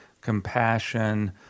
compassion